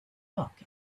look